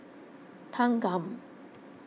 Thanggam